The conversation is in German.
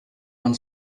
man